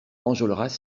enjolras